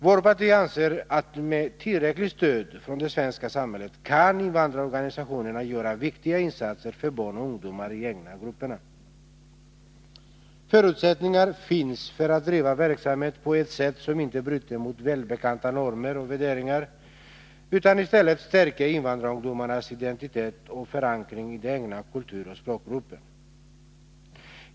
Vårt parti anser att med tillräckligt stöd från det svenska samhället kan invandrarorganisationerna göra viktiga insatser för barn och ungdomar i de egna grupperna. Förutsättningar finns för att driva verksamhet på ett sätt som inte bryter mot välbekanta normer och värderingar utan i stället stärker invandrarungdomarnas identitet och förankring i den egna kulturoch språkgruppen.